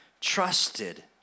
trusted